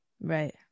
right